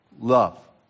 love